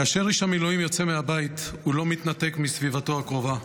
כאשר איש המילואים יוצא מהבית הוא לא מתנתק מסביבתו הקרובה.